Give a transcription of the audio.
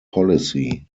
policy